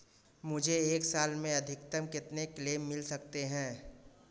मुझे एक साल में अधिकतम कितने क्लेम मिल सकते हैं?